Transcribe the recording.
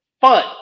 fun